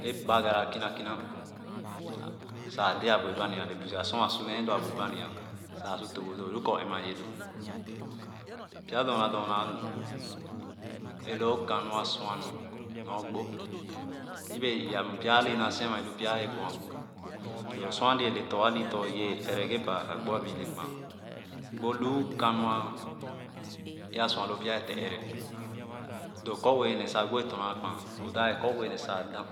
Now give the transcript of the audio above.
Eegbangara, Kina kina sa a dɛ a bue bani ale siga sor a sor nee loo a buē bani saasu tóbóh dóódóó Kor emayiloo pya dorna doma lu Kamu a sua nu nɔɔ gbo yebe yee pya ani naasi lu pya kpoa gbo doo doo Sar ani bee le tɔ̄ aniè tɔ̄ ibee ɛre Kɛ baaka gbo a bẽẽ ilekpaa gbo nu kanu a sua loo ya te ɛrɛ loo kɔ̃ue sanee sa da